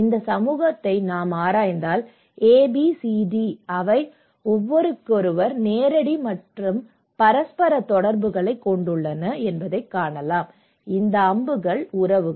இந்த சமூகத்தை நாம் ஆராய்ந்தால் ஏபிசிடி அவை ஒருவருக்கொருவர் நேரடி மற்றும் பரஸ்பர தொடர்புகளைக் கொண்டுள்ளன என்பதைக் காணலாம் இந்த அம்புகள் உறவுகள்